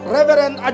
Reverend